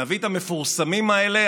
נביא את המפורסמים האלה,